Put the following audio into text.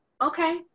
okay